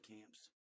camps